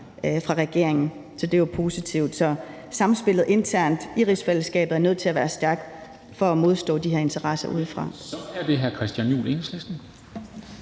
fra regeringen. Så det er jo positivt. Så samspillet internt i rigsfællesskabet er nødt til at være stærkt for at modstå de her interesser udefra.